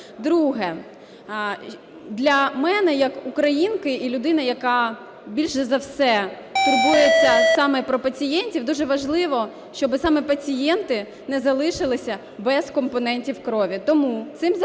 Друге. Для мене як українки і людини, яка більше за все турбується саме про пацієнтів, дуже важливо, щоби саме пацієнти не залишилися без компонентів крові. Тому цим законом